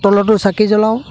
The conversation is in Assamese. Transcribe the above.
তলতো চাকি জ্বলাওঁ